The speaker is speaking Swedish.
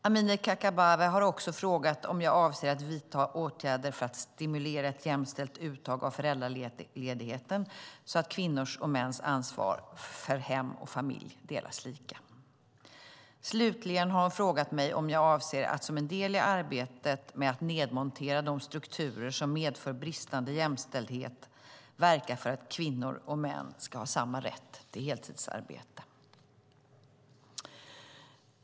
Amineh Kakabaveh har också frågat om jag avser att vidta åtgärder för att stimulera ett jämställt uttag av föräldraledigheten så att kvinnors och mäns ansvar för hem och familj delas lika. Slutligen har hon frågat mig om jag avser att som en del i arbetet med att nedmontera de strukturer som medför bristande jämställdhet verka för att kvinnor och män ska ha samma rätt till heltidsarbete.